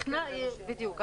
בדיוק.